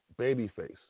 babyface